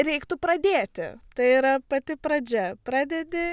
reiktų pradėti tai yra pati pradžia pradedi